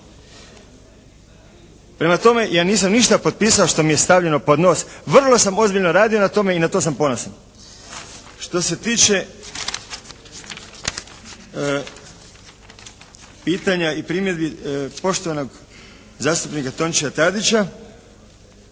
Prema tome, ja nisam ništa potpisao što mi je stavljeno pod nos. Vrlo sam ozbiljno radio na tome i na to sam ponosan. Što se tiče pitanja i primjedbi poštovanog zastupnika Tončija Tadića